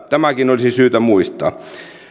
tämäkin olisi syytä muistaa